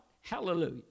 hallelujah